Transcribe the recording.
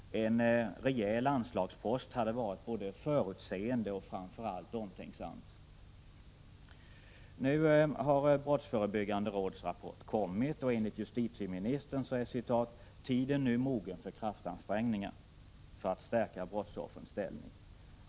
Det hade varit både förutseende och framför allt omtänksamt med en rejäl anslagspost. Nu har brottsförebyggande rådets rapport kommit, och enligt justitieministern är ”tiden nu mogen för kraftansträngningar” för att stärka brottsoffrens ställning.